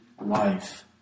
life